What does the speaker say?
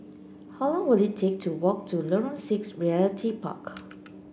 how long will it take to walk to Lorong Six Realty Park